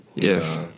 Yes